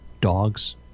dogs